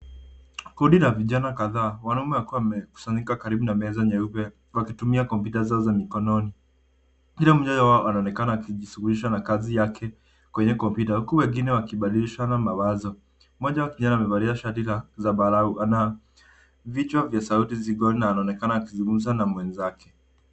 Kundi la vijana kadhaa, wanaume, wakiwa wamekusanyika karibu na meza nyeupe wakitumia kompyuta zao za mikononi. Kila mmoja wao anaonekana akijishughulisha na kazi yake kwenye kompyuta, huku wengine wakibadilishana mawazo. Mmoja wa kijana amevalia shati la zambarau, ana vichwa vya sauti na anaonekana akizungumza na mwenzake.